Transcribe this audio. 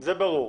זה ברור.